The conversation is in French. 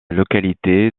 localité